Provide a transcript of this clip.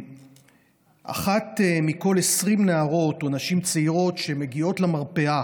ואחת מכל 20 נערות או נשים צעירות שמגיעות למרפאה